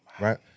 right